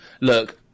look